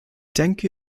denke